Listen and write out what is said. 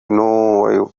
know